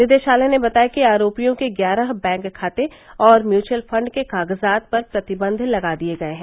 निदेशालय ने बताया कि आरोपियों के ग्यारह बैंक खाते और म्यूचुअल फंड के कागजात पर प्रतिबंध लगा दिए गये हैं